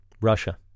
Russia